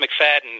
McFadden